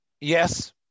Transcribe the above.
Yes